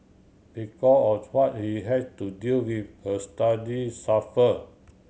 because of what he had to deal with her study suffer